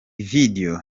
video